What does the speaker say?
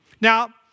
Now